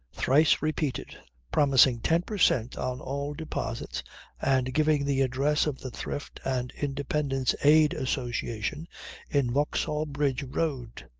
thrice repeated promising ten per cent. on all deposits and giving the address of the thrift and independence aid association in vauxhall bridge road.